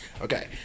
Okay